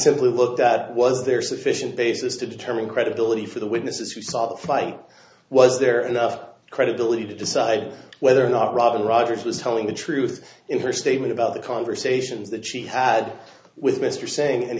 simply looked at was there sufficient basis to determine credibility for the witnesses who saw the fight was there enough credibility to decide whether or not robin rogers was telling the truth in her statement about the conversations that she had with mr saying